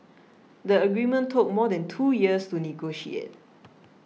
the agreement took more than two years to negotiate